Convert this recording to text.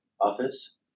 office